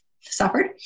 suffered